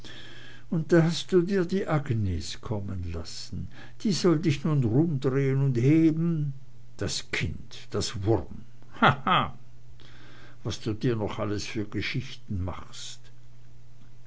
und da hast du dir die agnes kommen lassen die soll dich nun rumdrehn und heben das kind das wurm haha was du dir doch alles für geschichten machst